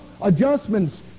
adjustments